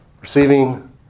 Receiving